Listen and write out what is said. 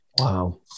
Wow